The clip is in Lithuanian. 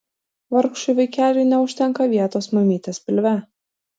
vargšui vaikeliui neužtenka vietos mamytės pilve